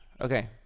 Okay